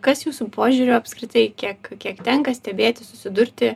kas jūsų požiūriu apskritai kiek kiek tenka stebėti susidurti